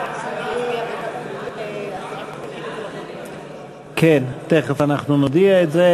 ההסתייגות של קבוצת סיעת מרצ וקבוצת סיעת העבודה לסעיף 23 לא נתקבלה.